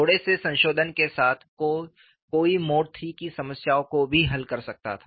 थोड़े से संशोधन के साथ कोई मोड III की समस्याओं को भी हल कर सकता है